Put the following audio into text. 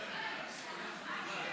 (תיקון מס'